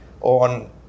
on